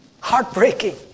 heartbreaking